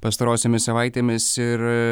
pastarosiomis savaitėmis ir